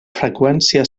freqüència